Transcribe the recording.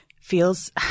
feels